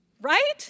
right